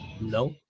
No